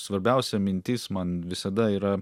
svarbiausia mintis man visada yra